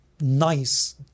nice